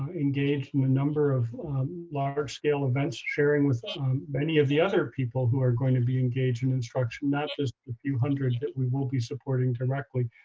ah engaged in a number of large-scale events sharing with many of the other people who are going to be engaged in instruction, not just the few hundred that we will be supporting director.